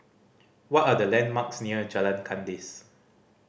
what are the landmarks near Jalan Kandis